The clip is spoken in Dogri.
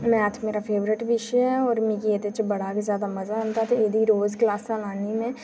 मैथ मेरा फेवरेट विशे ऐ और में जेह्दे च बड़ा गै जादा मजा औंदा ते एह्दी रोज क्लासां लान्नी में